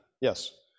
yes